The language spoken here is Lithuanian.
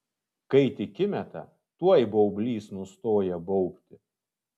kai tik įmeta tuoj baublys nustoja baubti